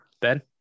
Ben